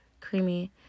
creamy